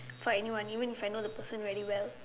for anyone even if I know the person very well